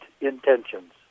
intentions